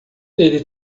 ele